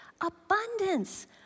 Abundance